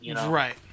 Right